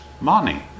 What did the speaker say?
money